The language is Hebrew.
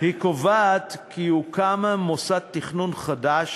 היא קובעת כי יוקם מוסד תכנון חדש,